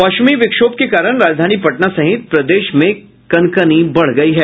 पश्चिमी विक्षोभ के कारण राजधानी पटना सहित प्रदेश में कनकनी बढ़ गयी है